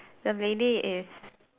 the lady is